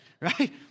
right